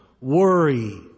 Worry